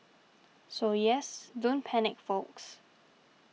so yes don't panic folks